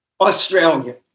Australia